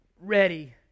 ready